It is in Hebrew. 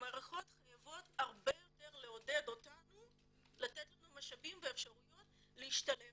המערכות חייבות לעודד אותנו הרבה יותר לתת לנו משאבים ואפשרויות להשתלב